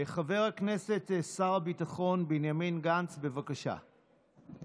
חבר הכנסת שר הביטחון בנימין גנץ, בבקשה.